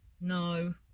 no